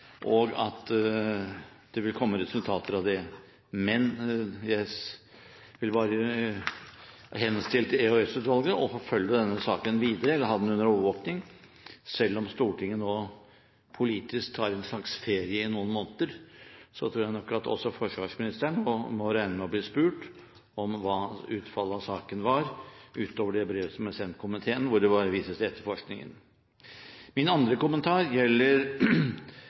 og at det vil komme resultater ut av det. Men jeg vil bare henstille til EOS-utvalget å forfølge denne saken videre, eller ha den under overvåking. Selv om Stortinget nå politisk tar en slags ferie i noen måneder, tror jeg nok at også forsvarsministeren må regne med å bli spurt om hva utfallet av saken var, utover det brevet som er sendt komiteen, hvor det vises til etterforskningen. Min andre kommentar gjelder